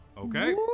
Okay